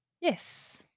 Yes